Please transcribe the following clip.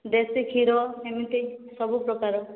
ଦେଶୀ କ୍ଷୀର ଏମିତି ସବୁପ୍ରକାର